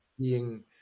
seeing